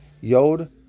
Yod